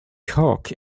cock